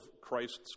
Christ's